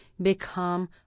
Become